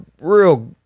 real